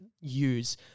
use